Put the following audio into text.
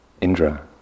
Indra